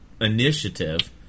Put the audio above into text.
Initiative